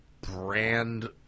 brand